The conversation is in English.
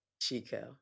Chico